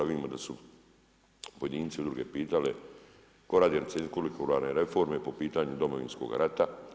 Vidimo da su pojedinci, udruge pitale tko radi recenziju kurikularne reforme po pitanju Domovinskoga rata.